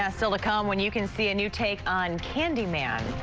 yes still to come when you can see a new take on candy man.